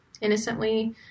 innocently